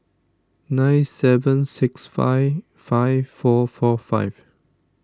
nine seven six five five four four five